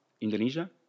Indonesia